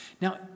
now